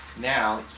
now